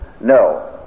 no